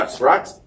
right